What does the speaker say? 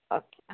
okay ആ